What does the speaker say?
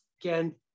Again